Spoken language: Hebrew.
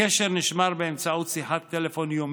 הקשר נשמר באמצעות שיחת טלפון יומית,